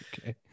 Okay